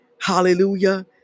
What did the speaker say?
hallelujah